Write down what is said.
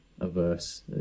Averse